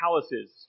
palaces